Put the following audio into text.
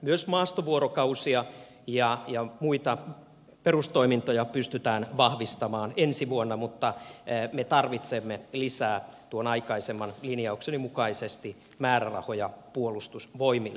myös maastovuorokausia ja muita perustoimintoja pystytään vahvistamaan ensi vuonna mutta me tarvitsemme tuon aikaisemman linjaukseni mukaisesti lisää määrärahoja puolustusvoimille